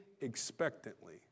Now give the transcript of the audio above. expectantly